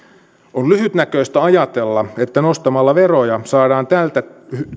on lyhytnäköistä ajatella että nostamalla veroja saadaan tältä